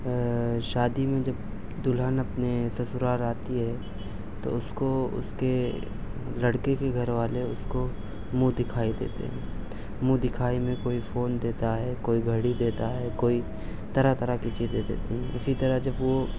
شادی میں جب دلہن اپنے سسرال آتی ہے تو اس کو اس کے لڑکے کے گھر والے اس کو منہ دکھائی دیتے ہیں منہ دکھائی میں کوئی فون دیتا ہے کوئی گھڑی دیتا ہے کوئی طرح طرح کی چیزیں دیتی ہیں اسی طرح جب وہ